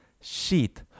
Sheet